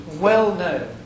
well-known